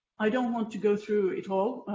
i do not want to go through it all,